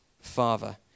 Father